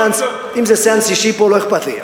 אם זה סיאנס אישי פה, לא אכפת לי.